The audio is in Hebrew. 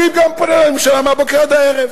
אני גם פונה לממשלה מהבוקר עד הערב.